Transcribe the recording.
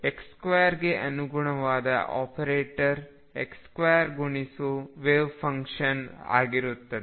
x2ಗೆ ಅನುಗುಣವಾದ ಆಪರೇಟರ್x2 ಗುಣಿಸು ವೆವ್ಫಂಕ್ಷನ್ ಆಗಿರುತ್ತದೆ